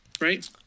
Right